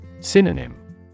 Synonym